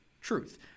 truth